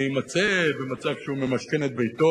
מוכן לקחת סיכונים במערכת הביטחון,